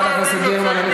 למה לקרוא לו מטומטם?